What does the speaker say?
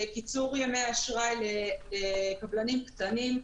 קיצור ימי האשראי לקבלנים קטנים,